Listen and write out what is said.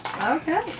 okay